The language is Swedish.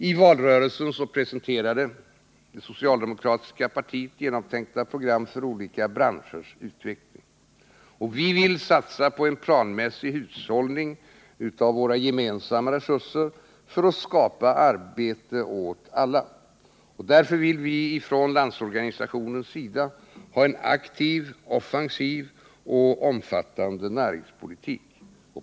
I valrörelsen presenterade det socialdemokratiska partiet genomtänkta program för olika branschers utveckling. Vi vill satsa på en planmässig hushållning av våra gemensamma resurser för att skapa arbete åt alla. Därför vill Landsorganisationen ha en aktiv, offensiv och omfattande näringspolitik.